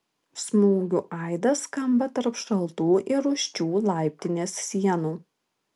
smūgių aidas skamba tarp šaltų ir rūsčių laiptinės sienų